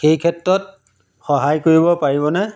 সেই ক্ষেত্ৰত সহায় কৰিব পাৰিবনে